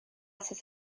atat